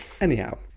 Anyhow